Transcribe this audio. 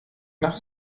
nach